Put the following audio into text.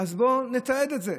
בואו נתעד את זה,